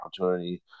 opportunity